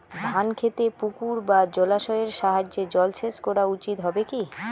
ধান খেতে পুকুর বা জলাশয়ের সাহায্যে জলসেচ করা উচিৎ হবে কি?